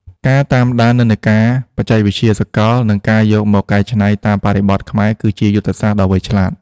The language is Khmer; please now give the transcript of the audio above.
ការតាមដាននិន្នាការបច្ចេកវិទ្យាសកល និងការយកមកកែច្នៃតាមបរិបទខ្មែរគឺជាយុទ្ធសាស្ត្រដ៏វៃឆ្លាត។